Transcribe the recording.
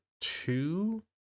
two